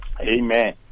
Amen